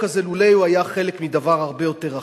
הזה לולא הוא היה חלק מדבר הרבה יותר רחב,